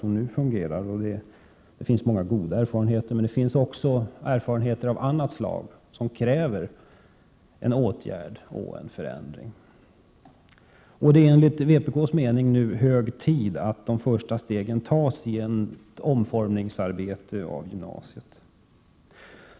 Det finns många goda erfarenheter men också erfarenheter av annat slag, vilka kräver åtgärder och förändringar. Enligt vpk:s mening är det hög tid att de första stegen tas för en omformning av gymnasiet.